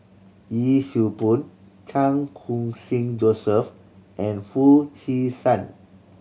Yee Siew Pun Chan Khun Sing Joseph and Foo Chee San